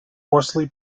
horsley